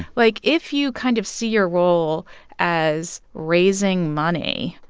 like, if you kind of see your role as raising money,